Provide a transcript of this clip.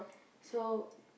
so